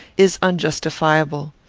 is unjustifiable.